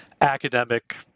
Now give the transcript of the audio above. academic